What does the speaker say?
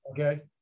Okay